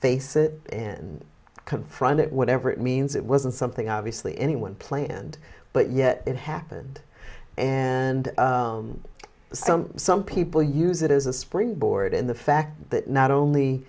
face it and confront it whatever it means it wasn't something obviously anyone planned but yet it happened and so some people use it as a springboard in the fact that